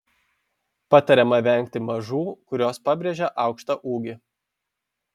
patariama vengti mažų kurios pabrėžia aukštą ūgį